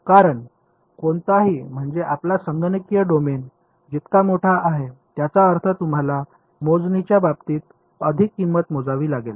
कारण कोणताही म्हणजे आपला संगणकीय डोमेन जितका मोठा आहे त्याचा अर्थ तुम्हाला मोजणीच्या बाबतीत अधिक किंमत मोजावी लागेल